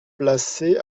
placé